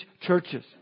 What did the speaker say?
churches